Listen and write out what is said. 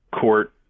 court